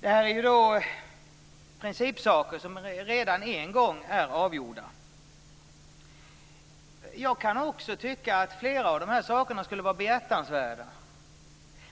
Det här är principsaker som redan är avgjorda en gång. Jag kan också tycka att flera av de här sakerna skulle vara behjärtansvärda.